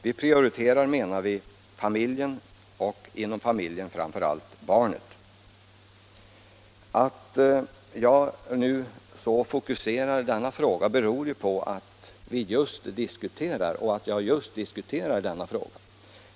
Vi prioriterar, menar vi, familjen och inom familjen barnet. Att jag nu så fokuserar frågan beror på att vi just diskuterar den här saken.